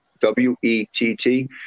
W-E-T-T